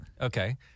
Okay